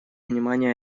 внимание